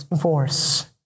force